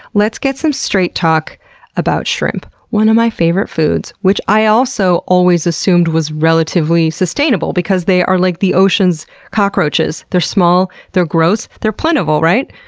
let's get some straight talk about shrimp, one of my favorite foods, which i also always assumed was relatively sustainable, because they are like the ocean's cockroaches. they're small, they're gross, they're plentiful, right?